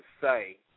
say